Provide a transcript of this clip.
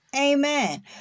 Amen